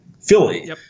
Philly